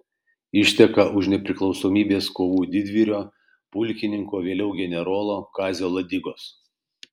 išteka už nepriklausomybės kovų didvyrio pulkininko vėliau generolo kazio ladigos